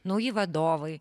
nauji vadovai